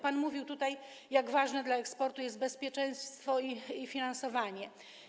Pan mówił tutaj, jak ważne dla eksportu jest bezpieczeństwo i finansowanie.